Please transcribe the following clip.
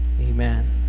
Amen